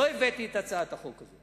לא הבאתי את הצעת החוק הזאת.